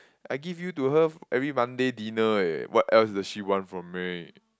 I give you to her every Monday dinner eh what else does she want from me